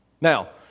Now